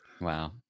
Wow